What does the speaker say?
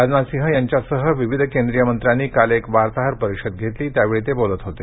राजनाथ सिंह यांच्यासह विविध केंद्रीय मंत्र्यांनी काल एक वार्ताहर परिषद घेतली त्यावेळी ते बोलत होते